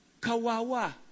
kawawa